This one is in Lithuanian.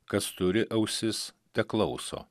kas turi ausis teklauso